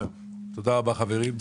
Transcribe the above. תודה רבה, חברים.